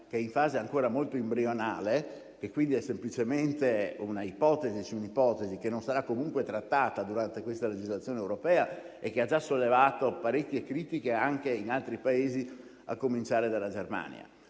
che è in fase ancora molto embrionale e, quindi, è semplicemente una ipotesi su un'ipotesi che non sarà comunque trattata durante questa legislazione europea e che ha già sollevato parecchie critiche anche in altri Paesi, a cominciare dalla Germania.